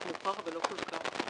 מאוחר אבל לא כל כך.